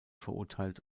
verurteilt